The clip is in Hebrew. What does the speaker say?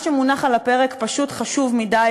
מה שמונח על הפרק פשוט חשוב מדי,